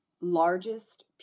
largest